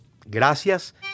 Gracias